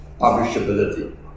publishability